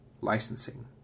licensing